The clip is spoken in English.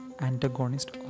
antagonist